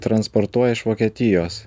transportuoja iš vokietijos